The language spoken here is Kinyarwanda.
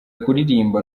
kuririmba